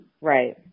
right